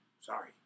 Sorry